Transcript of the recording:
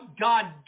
God